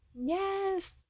Yes